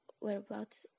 whereabouts